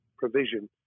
provision